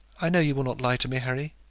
i know you will not lie to me, harry.